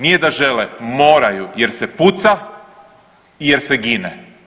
Nije da žele, moraju, jer se puca i jer se gine.